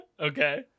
Okay